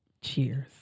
Cheers